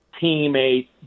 teammate